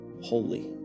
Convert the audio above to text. holy